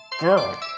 girl